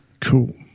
Cool